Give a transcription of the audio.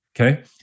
okay